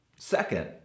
Second